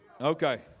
Okay